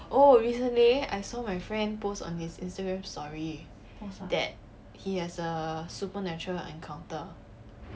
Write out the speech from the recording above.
oh recently I saw my friend post on his instagram story that he has a supernatural encounter